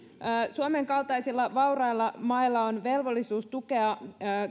suomen kaltaisilla vaurailla mailla on velvollisuus tukea